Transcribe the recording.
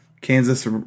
Kansas